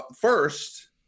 first